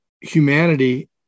humanity